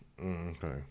Okay